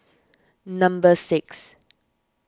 number six